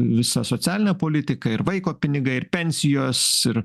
visa socialinė politika ir vaiko pinigai ir pensijos ir